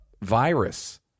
virus